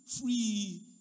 free